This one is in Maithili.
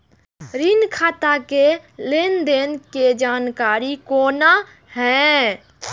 ऋण खाता के लेन देन के जानकारी कोना हैं?